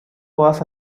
was